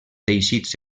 teixits